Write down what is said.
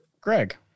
Greg